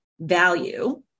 value